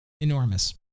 enormous